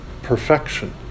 perfection